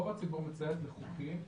רוב הציבור מציית לחוקים,